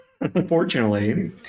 unfortunately